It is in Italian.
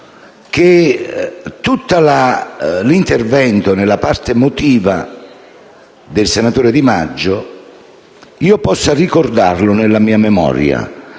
Grazie